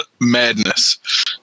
madness